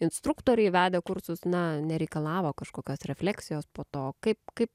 instruktoriai vedę kursus na nereikalavo kažkokios refleksijos po to kaip kaip